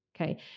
okay